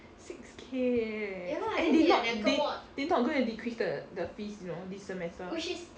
six K leh and they not they they not going to decrease the the fees you know this semester which is